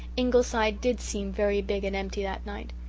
ingleside did seem very big and empty that night.